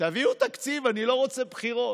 תביאו תקציב, אני לא רוצה בחירות.